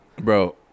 Bro